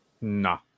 No